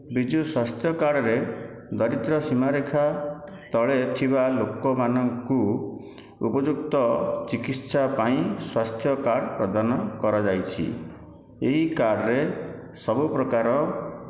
ବିଜୁ ସ୍ୱାସ୍ଥ୍ୟ କାର୍ଡ଼ରେ ଦରିଦ୍ର୍ୟ ସୀମାରେଖା ତଳେ ଥିବା ଲୋକମାନଙ୍କୁ ଉପଯୁକ୍ତ ଚିକିତ୍ସା ପାଇଁ ସ୍ୱାସ୍ଥ୍ୟ କାର୍ଡ଼ ପ୍ରଦାନ କରାଯାଇଛି ଏହି କାର୍ଡ଼ରେ ସବୁପ୍ରକାର